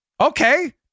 Okay